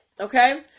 okay